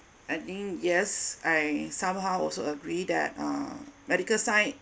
I think yes I somehow also agree that uh medical science